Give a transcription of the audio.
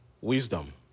Wisdom